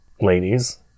ladies